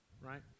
right